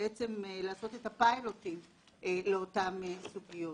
לעשות את הפיילוטים לאותן סוגיות.